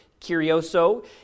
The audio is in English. curioso